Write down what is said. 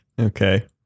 Okay